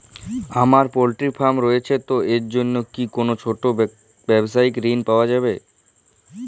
আমার poultry farm রয়েছে তো এর জন্য কি কোনো ছোটো ব্যাবসায়িক ঋণ পাওয়া যাবে?